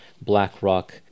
Blackrock